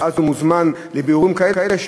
הוא מוזמן לבירורים כאלה,